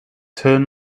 turn